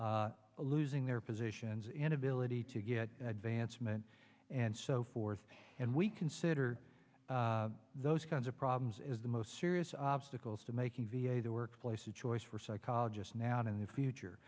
losing their positions inability to get advanced meant and so forth and we consider those kinds of problems as the most serious obstacles to making v a the workplace a choice for psychologists now and in the future